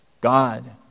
God